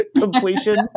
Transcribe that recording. completion